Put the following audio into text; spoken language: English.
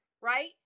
right